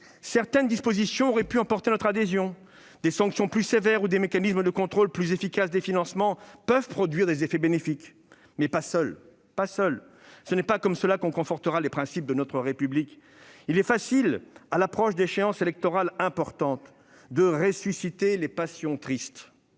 certaines dispositions auraient pu emporter notre adhésion ; des sanctions plus sévères ou des mécanismes plus efficaces de contrôle des financements peuvent produire des effets bénéfiques, mais ils ne peuvent pas le faire seuls. Ce n'est pas ainsi que l'on confortera les principes de notre République. Il est facile, à l'approche d'échéances électorales importantes, de ressusciter les passions tristes.